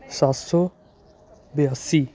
ਸੱਤ ਸੌ ਬਿਆਸੀ